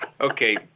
Okay